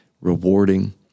rewarding